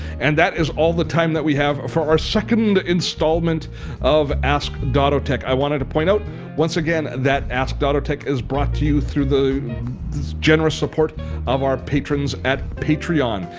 and that is all the time that we have for our second installment of ask dottotech. i wanted to point out once again that ask dotto tech is brought to you through the generous support of our patrons at patreon.